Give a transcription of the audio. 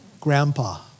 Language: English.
grandpa